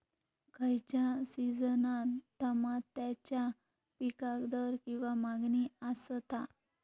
खयच्या सिजनात तमात्याच्या पीकाक दर किंवा मागणी आसता?